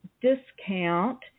discount